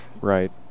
Right